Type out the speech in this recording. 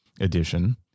edition